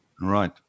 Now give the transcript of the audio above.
right